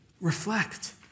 Reflect